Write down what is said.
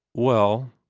well,